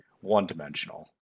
one-dimensional